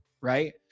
right